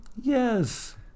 Yes